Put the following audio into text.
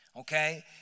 okay